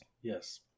Yes